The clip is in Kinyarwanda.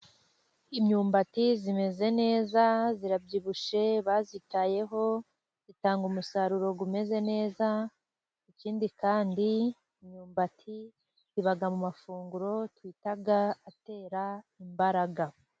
Imyumbati imeze neza irabyibushye bayitayeho itanga umusaruro umeze neza ikindi kandi imyumbati iba mu mafunguro twita atera imbaraga.